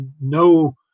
no